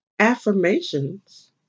Affirmations